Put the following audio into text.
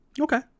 Okay